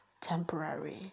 temporary